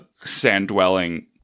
sand-dwelling